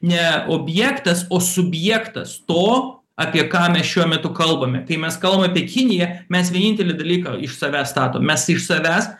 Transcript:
ne objektas o subjektas to apie ką mes šiuo metu kalbame kai mes kalbam apie kiniją mes vienintelį dalyką iš savęs statom mes iš savęs